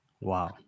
Wow